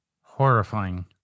horrifying